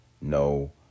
No